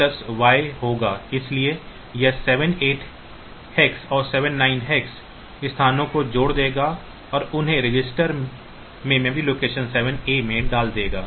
इसलिए यह 78 hex और 79 hex स्थानों को जोड़ देगा और उन्हें रजिस्टर में मेमोरी लोकेशन 7A में डाल देगा